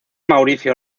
mauricio